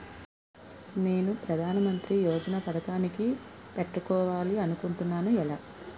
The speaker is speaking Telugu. నేను ప్రధానమంత్రి యోజన పథకానికి పెట్టుకోవాలి అనుకుంటున్నా ఎలా?